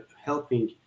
helping